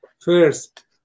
First